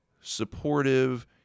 supportive